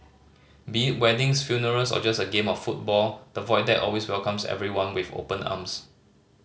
be weddings funerals or just a game of football the Void Deck always welcomes everyone with open arms